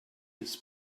his